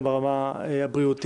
גם ברמה הבריאותית,